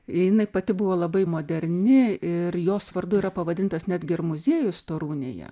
jinai pati buvo labai moderni ir jos vardu yra pavadintas netgi ir muziejus torunėje